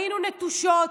היינו נטושות.